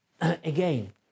again